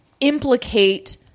implicate